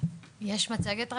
יש מצגת.